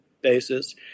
basis